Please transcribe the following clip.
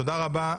תודה רבה.